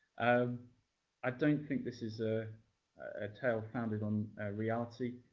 um i don't think this is a ah tale founded on reality.